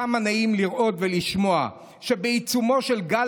כמה נעים לראות ולשמוע שבעיצומו של גל